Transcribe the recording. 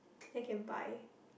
then can buy